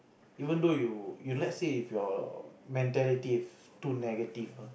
even though you you let's say if your mentality is too negative ah